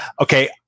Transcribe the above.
Okay